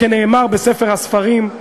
כנאמר בספר הספרים: